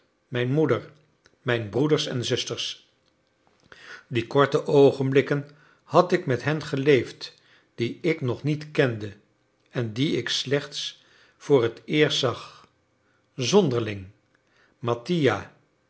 mijn moeder mijn broeders en zusters die korte oogenblikken had ik met hen geleefd die ik nog niet kende en die ik slechts voor het eerst zag zonderling mattia